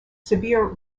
severe